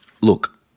look